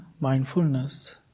mindfulness